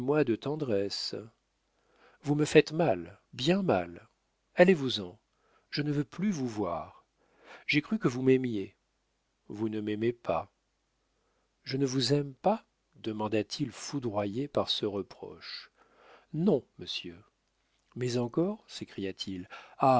de tendresse vous me faites mal bien mal allez vous en je ne veux plus vous voir j'ai cru que vous m'aimiez vous ne m'aimez pas je ne vous aime pas demanda-t-il foudroyé par ce reproche non monsieur mais encore